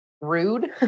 rude